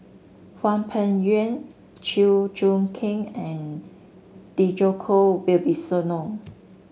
Hwang Peng Yuan Chew Choo Keng and Djoko Wibisono